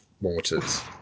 mortars